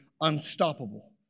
Unstoppable